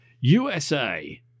USA